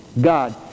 God